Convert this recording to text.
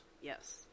Yes